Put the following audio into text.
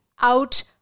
out